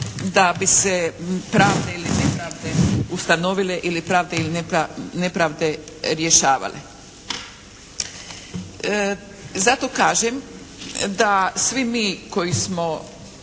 da bi se pravde ili nepravde ustanovile ili pravde ili nepravde rješavale. Zato kažem da svi mi koji smo